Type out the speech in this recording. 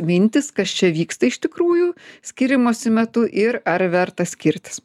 mintys kas čia vyksta iš tikrųjų skyrimosi metu ir ar verta skirtis